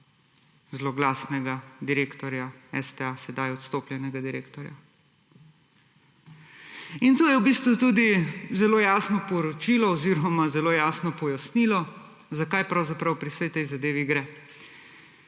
zloglasnega direktorja STA, sedaj odstopljenega direktorja? In tu je v bistvu zelo jasno poročilo oziroma zelo jasno pojasnilo, za kaj pravzaprav pri vsej tej zadevi gre.